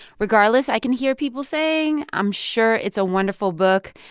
regardless, i can hear people saying, i'm sure it's a wonderful book,